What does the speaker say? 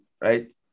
right